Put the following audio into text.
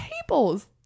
tables